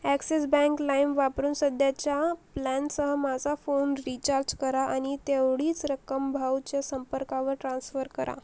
axis Bank Lime वापरून सध्याच्या प्लॅनसह माझा फोन रिचार्ज करा आणि तेवढीच रक्कम भाऊच्या संपर्कावर ट्रान्स्फर करा